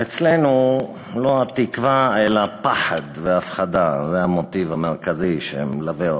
אצלנו לא התקווה אלא הפחד וההפחדה הם המוטיב המרכזי שמלווה אותנו.